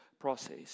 Process